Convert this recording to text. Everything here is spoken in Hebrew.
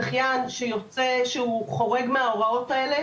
זכיין שיוצא שהוא חורג מההוראות האלה,